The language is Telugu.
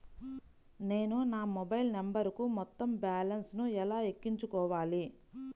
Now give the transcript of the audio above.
నేను నా మొబైల్ నంబరుకు మొత్తం బాలన్స్ ను ఎలా ఎక్కించుకోవాలి?